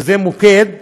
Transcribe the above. שזה מוקד,